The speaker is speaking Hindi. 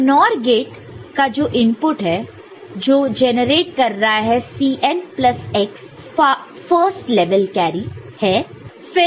तो NOR गेट का जो इनपुट है जो जेनरेट कर रहा है Cn plus x first level carry है